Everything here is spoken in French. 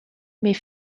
mais